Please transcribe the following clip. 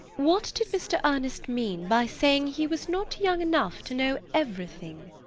what did mr. ernest mean by saying he was not young enough to know everything?